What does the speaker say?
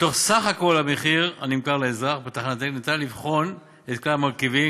מתוך סך כל המחיר לאזרח בתחנת דלק ניתן לבחון את כלל המרכיבים,